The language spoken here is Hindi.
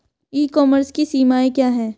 ई कॉमर्स की सीमाएं क्या हैं?